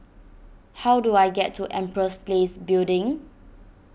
how do I get to Empress Place Building